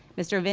mr. but